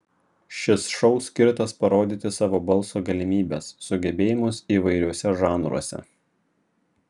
šis šou skirtas parodyti savo balso galimybes sugebėjimus įvairiuose žanruose